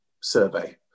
survey